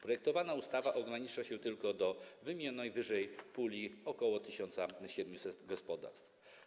Projektowana ustawa ogranicza się tylko do wymienionej wyżej puli ok. 1700 gospodarstw.